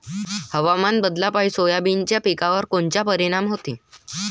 हवामान बदलापायी सोयाबीनच्या पिकावर कोनचा परिणाम होते?